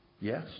Yes